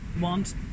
want